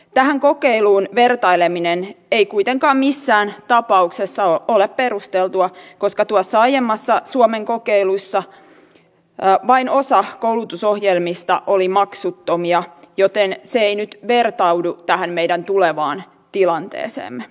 tähän kokeiluun vertaileminen ei kuitenkaan missään tapauksessa ole perusteltua koska tuossa aiemmassa suomen kokeilussa vain osa koulutusohjelmista oli maksuttomia joten se ei nyt vertaudu tähän meidän tulevaan tilanteeseemme